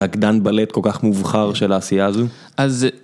רגדן בלט כל כך מובחר של העשייה הזו? אז...